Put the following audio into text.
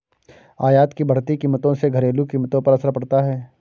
आयात की बढ़ती कीमतों से घरेलू कीमतों पर असर पड़ता है